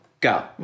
go